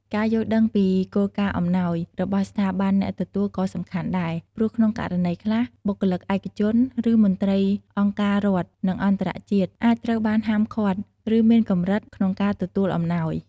ការយល់ដឹងពី គោលការណ៍អំណោយ របស់ស្ថាប័នអ្នកទទួលក៏សំខាន់ដែរ ព្រោះក្នុងករណីខ្លះ បុគ្គលិកឯកជន ឬមន្ត្រីអង្គការរដ្ឋ និងអន្តរជាតិ អាចត្រូវបានហាមឃាត់ ឬមានកម្រិតកក្នុងការទទួលអំណោយ។